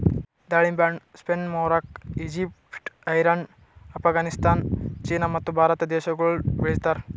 ದಾಳಿಂಬೆ ಹಣ್ಣ Spain, Morocco, Egypt, Iran, Afghanistan, China ಮತ್ತ ಭಾರತ ದೇಶಗೊಳ್ದಾಗ್ ಬೆಳಿತಾರ್